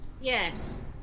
Yes